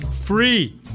free